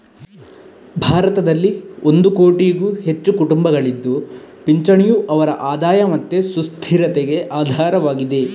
ಭಾರತದಲ್ಲಿ ಒಂದು ಕೋಟಿಗೂ ಹೆಚ್ಚು ಕುಟುಂಬಗಳಿದ್ದು ಪಿಂಚಣಿಯು ಅವರ ಆದಾಯ ಮತ್ತೆ ಸುಸ್ಥಿರತೆಗೆ ಆಧಾರವಾಗಿದೆ